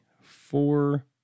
four